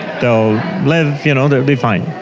they'll live, you know they'll be fine.